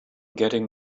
getting